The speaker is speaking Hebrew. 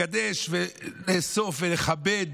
לקדש, לאסוף ולכבד